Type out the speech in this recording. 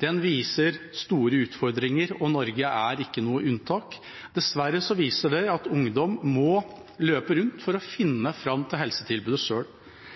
Den viser store utfordringer, og Norge er ikke noe unntak. Dessverre viser den at ungdom må løpe rundt for å finne fram til helsetilbudet